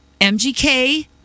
MGK